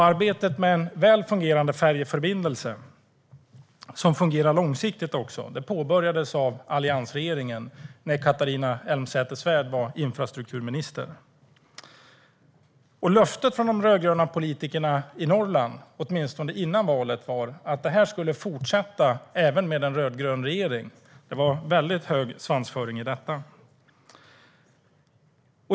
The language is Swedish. Arbetet med en väl fungerande färjeförbindelse, som också fungerar långsiktigt, påbörjades av alliansregeringen när Catharina Elmsäter-Svärd var infrastrukturminister. Löftet från de rödgröna politikerna i Norrland var, åtminstone före valet, att detta skulle fortsätta även med en rödgrön regering. Det var hög svansföring i detta.